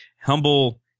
Humble